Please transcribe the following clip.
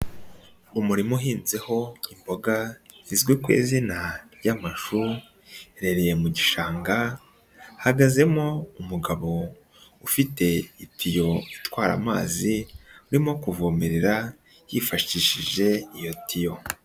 Umurima uhinzeho imboga zizwi ku izina ry'amashu iherereye mu gishanga, hahagazemo umugabo ufite itiyo itwara amazi, urimo kuvomerera yifashishije iyo tiyo.